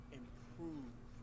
improve